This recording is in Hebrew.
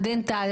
דנטלי.